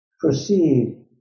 proceed